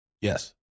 Yes